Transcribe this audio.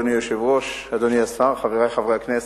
אדוני היושב-ראש, אדוני השר, חברי חברי הכנסת,